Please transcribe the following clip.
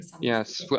Yes